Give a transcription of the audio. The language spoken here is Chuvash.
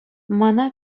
мана